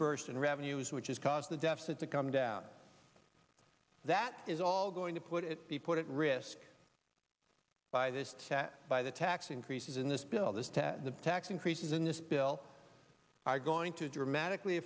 burst in revenues which is cause the deficit to come down that is all going to put it be put at risk by this tatt by the tax increases in this bill this to tax increases in this bill are going to dramatically